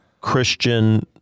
Christian